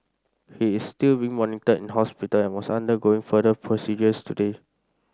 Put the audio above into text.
he is still being monitored in hospital and was undergoing further procedures today